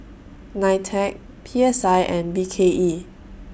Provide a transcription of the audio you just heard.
NITEC P S I and B K E